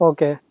Okay